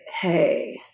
Hey